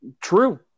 True